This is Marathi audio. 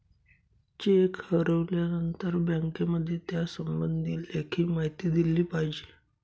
चेक हरवल्यानंतर बँकेमध्ये त्यासंबंधी लेखी माहिती दिली पाहिजे